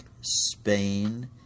Spain